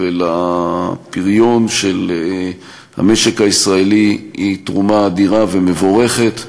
ולפריון של המשק הישראלי היא תרומה אדירה ומבורכת,